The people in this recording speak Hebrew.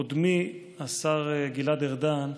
קודמי, השר גלעד ארדן,